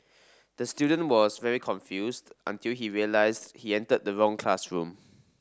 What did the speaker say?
the student was very confused until he realised he entered the wrong classroom